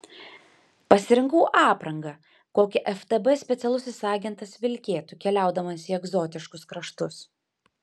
pasirinkau aprangą kokią ftb specialusis agentas vilkėtų keliaudamas į egzotiškus kraštus